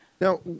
Now